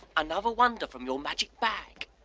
another wonder from your magic bag.